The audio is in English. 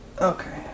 Okay